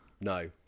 No